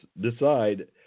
decide